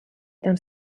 tant